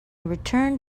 returned